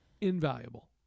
invaluable